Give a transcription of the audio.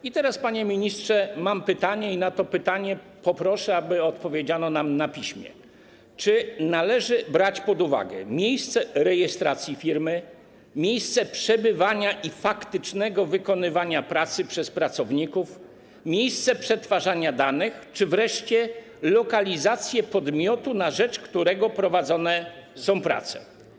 I teraz, panie ministrze, mam pytanie i poproszę, aby na to pytanie odpowiedziano nam na piśmie: Czy należy brać pod uwagę miejsce rejestracji firmy, miejsce przebywania i faktycznego wykonywania pracy przez pracowników, miejsce przetwarzania danych czy wreszcie lokalizację podmiotu, na rzecz którego prowadzone są prace?